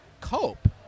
cope